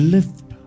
Lift